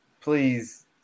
please